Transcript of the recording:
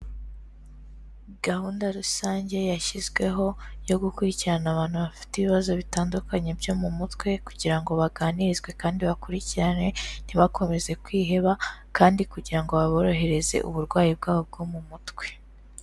Gahunda rusange yashyizweho yo gukurikirana abantu bafite ibibazo bitandukanye byo mu mutwe, kugira ngo baganirizwe kandi bakurikiranwe ntibakomeze kwiheba kandi kugira ngo baborohereze uburwayi bwabo bwo mu mutwe.